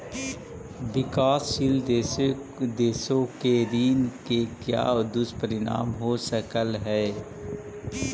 विकासशील देशों के ऋण के क्या दुष्परिणाम हो सकलई हे